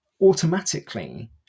automatically